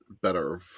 better